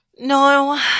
No